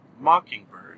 Mockingbird